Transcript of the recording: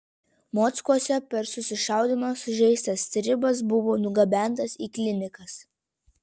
mockuose per susišaudymą sužeistas stribas buvo nugabentas į klinikas